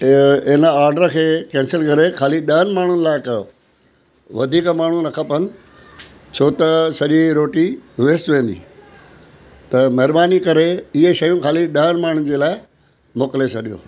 इह हिन ऑडर खे केंसल करे खाली ॾहनि माण्हुनि लाइ कयो वधीक माण्हू न खपनि छो त सॼी रोटी वेस्ट वेंदी त महिरबानी करे इहे शयूं खाली ॾहनि माण्हुनि जे लाइ मोकिले छॾियो